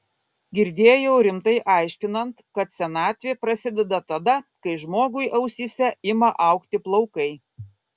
girdėjau rimtai aiškinant kad senatvė prasideda tada kai žmogui ausyse ima augti plaukai